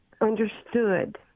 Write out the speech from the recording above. understood